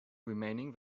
remaining